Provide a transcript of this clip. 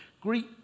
Greet